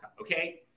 Okay